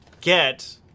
get